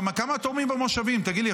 כמה תורמים במושבים, תגיד לי?